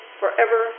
forever